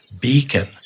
beacon